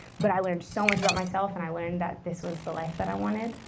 but i learned so much about myself. and i learned that this was the life that i wanted.